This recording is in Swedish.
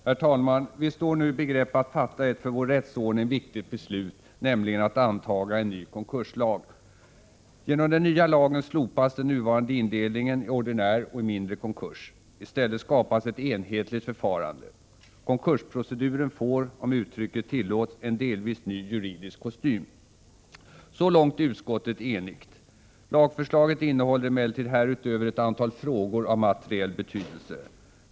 Herr talman! Vi står nu i begrepp att fatta ett för vår rättsordning viktigt beslut, nämligen att antaga en ny konkurslag. Genom den nya lagen slopas den nuvarande indelningen i ordinär och mindre konkurs. I stället skapas ett enhetligt förfarande. Konkursproceduren får, om uttrycket tillåts, en delvis ny juridisk kostym. Så långt är utskottet 25 enigt. Lagförslaget innehåller emellertid härutöver ett antal frågor av materiell betydelse.